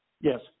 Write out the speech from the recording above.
Yes